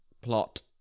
Plot